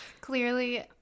clearly